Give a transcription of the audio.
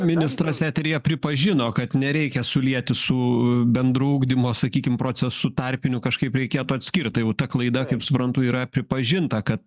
ministras eteryje pripažino kad nereikia sulieti su bendru ugdymo sakykim procesu tarpinių kažkaip reikėtų atskirt tai jau ta klaida kaip suprantu yra pripažinta kad